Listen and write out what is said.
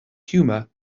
humor